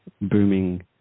booming